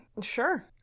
sure